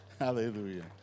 Hallelujah